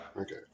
Okay